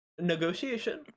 negotiation